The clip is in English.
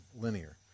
Linear